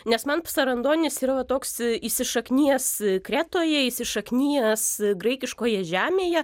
nes man psarandonis yra va toks įsišaknijęs kretoje įsišaknijęs graikiškoje žemėje